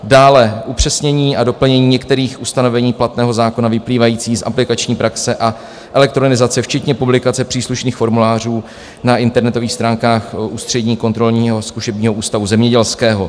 Dále upřesnění a doplnění některých ustanovení platného zákona vyplývajících z aplikační praxe a elektronizace včetně publikace příslušných formulářů na internetových stránkách Ústředního kontrolního a zkušebního ústavu zemědělského.